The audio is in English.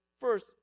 First